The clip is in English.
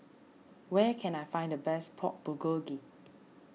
where can I find the best Pork Bulgogi